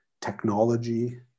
technology